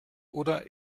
oder